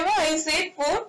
you see whenever I said food